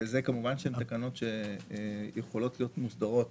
וזה כמובן שהן תקנות שיכולות להיות מוסדרות